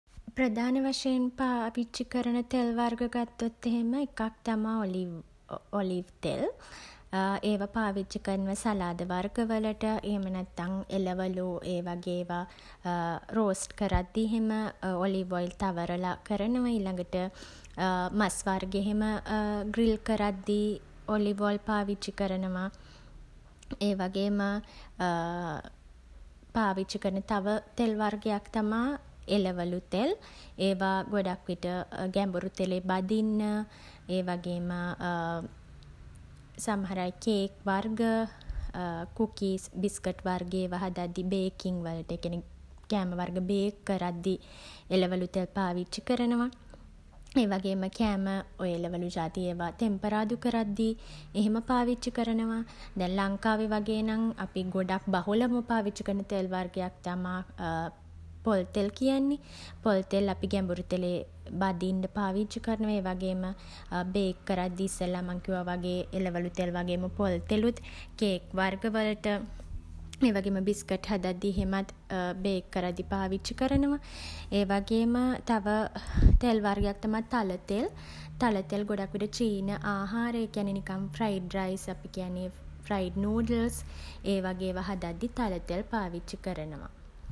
ප්‍රධාන වශයෙන් පාවිච්චි කරන තෙල් වර්ග ගත්තොත් එහෙම එකක් තමයි ඔලිව් ඔලිව් තෙල් ඒවා පාවිච්චි කරනවා සලාද වර්ග වලට එහෙම නැත්තම් එළවලු ඒ වගේ ඒවා රෝස්ට් කරද්දී එහෙම ඔලිව් ඔයිල් තවරලා කරනවා. ඊළගට මස් වර්ග එහෙම ග්‍රිල් කරද්දී ඔලිව් ඔයිල් පාවිච්චි කරනවා. ඒ වගේම පාවිච්චි කරන තව තෙල් වර්ගයක් තමා එළවලු තෙල්. ඒවා ගොඩක් විට ගැඹුරු තෙලේ බදින්න ඒ වගේම සමහර අය කේක් වර්ග කුකීස් වර්ග බිස්කට් එහෙම හදද්දී බේකින් වලට ඒ කියන්නේ කෑම වර්ග බේක් කරද්දී එළවලු තෙල් පාවිච්චි කරනවා. ඒ වගේම කෑම ඔය එළවලු ජාති එහෙම තෙම්පරාදු කරද්දී එහෙම පාවිච්චි කරනවා. දැන් ලංකාවේ වගේ නම් අපි ගොඩක් බහුලවම පාවිච්චි කරන තෙල් වර්ගයක් තමා පොල් තෙල් කියන්නේ. පොල් තෙල් අපි ගැඹුරු තෙලේ බදින්ඩ පාවිච්චි කරනවා. ඒ වගේම බේක් කරද්දී මං ඉස්සෙල්ලා කිව්වා වගේ එළවලු තෙල් වගේම පොල් තෙලුත් කේක් වර්ග වලට ඒ වගේම බිස්කට් හදද්දී එහෙමත් බේක් කරද්දී පාවිච්චි කරනවා. ඒ වගේම තව තෙල් වර්ගයක් තමයි තල තෙල්. තල තෙල් ගොඩක් විට චීන ආහාර ඒ කියන්නේ නිකන් ෆ්‍රයිඩ් රයිස් අපි කියන්නේ ෆ්‍රයිඩ් නූඩ්ල්ස් ඒ වගේ ඒවා හදද්දි තල තෙල් පාවිච්චි කරනවා.